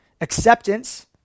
acceptance